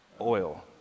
oil